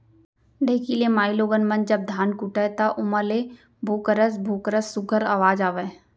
ढेंकी ले माईगोगन मन जब धान कूटय त ओमा ले भुकरस भुकरस सुग्घर अवाज आवय